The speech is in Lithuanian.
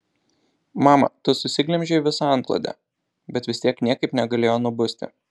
mama tu susiglemžei visą antklodę bet vis tiek niekaip negalėjo nubusti